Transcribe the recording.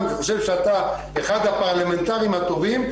אני חושב שאתה אחד הפרלמנטרים הטובים,